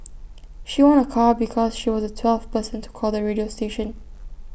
she won A car because she was the twelfth person to call the radio station